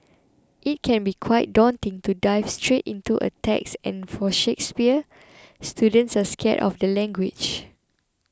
it can be quite daunting to dive straight into a text and for Shakespeare students are scared of the language